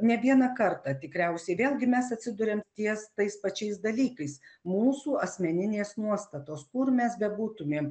ne vieną kartą tikriausiai vėlgi mes atsiduriam ties tais pačiais dalykais mūsų asmeninės nuostatos kur mes bebūtumėm